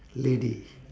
lady